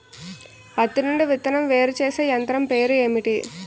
పత్తి నుండి విత్తనం వేరుచేసే యంత్రం పేరు ఏంటి